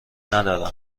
ندارم